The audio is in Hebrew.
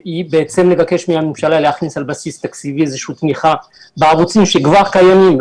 לבקש מהממשלה להכניס על בסיס תקציבי איזושהי תמיכה בערוצים שכבר קיימים.